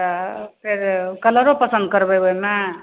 तऽ फेर कलरो पसन्द करबै ओहिमे